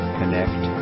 connect